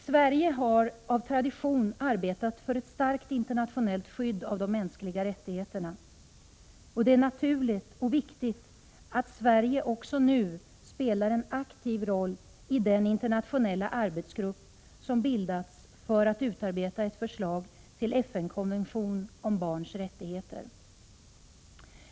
Sverige har av tradition arbetat för ett starkt internationellt skydd av de mänskliga rättigheterna. Det är naturligt och viktigt att Sverige också nu spelar en aktiv roll i den internationella arbetsgrupp som bildats för att utarbeta ett förslag till en FN-konvention om barns rättigheter.